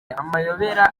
amayobera